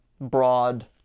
broad